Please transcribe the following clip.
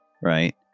right